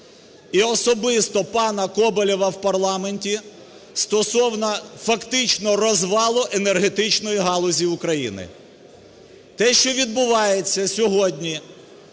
і особисто пана Коболєва в парламенті стосовно фактичного розвалу енергетичної галузі України. Те, що відбувається сьогодні